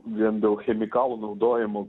vien dėl chemikalų naudojimo